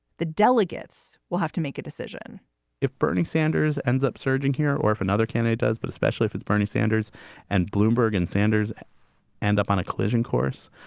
the delegates will have to make a decision if bernie sanders ends up surging here, or if another candidate does, but especially if it's bernie sanders and bloomberg and sanders end up on a collision course.